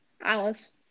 Alice